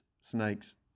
snakes